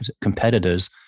competitors